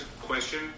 Question